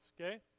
okay